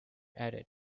added